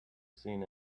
seen